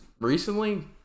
recently